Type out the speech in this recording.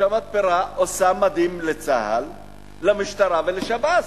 שהמתפרה עושה מדים לצה"ל, למשטרה ולשב"ס.